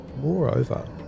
Moreover